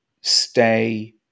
stay